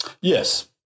Yes